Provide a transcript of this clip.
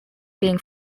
being